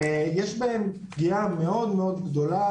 יש בהם פגיעה מאוד-מאוד גדולה,